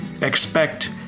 expect